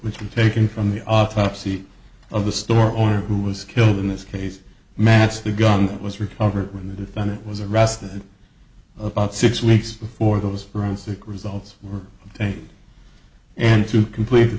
which were taken from the autopsy of the store owner who was killed in this case mats the gun was recovered when the defendant was arrested about six weeks before those forensic results were and to complete the